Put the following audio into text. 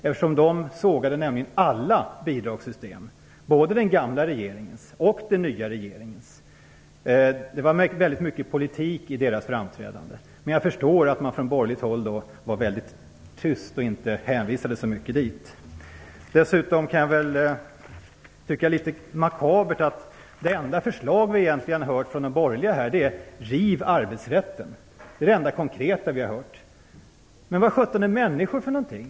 Organisationen sågade nämligen alla bidragssystem - både den gamla regeringens och den nya regeringens. Det var väldigt mycket politik i deras framträdande. Jag förstår att man från borgerligt håll var väldigt tyst och inte hänvisade så mycket dit. Dessutom tycker jag att det är litet makabert att det enda förslag vi egentligen har hört från de borgerliga är "Riv arbetsrätten!". Det är det enda konkreta vi har hört. Men vad sjutton är människor för någonting?